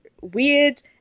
weird